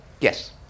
Yes